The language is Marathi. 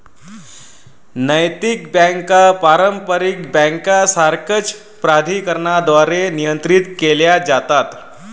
नैतिक बँका पारंपारिक बँकांसारख्याच प्राधिकरणांद्वारे नियंत्रित केल्या जातात